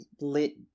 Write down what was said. lit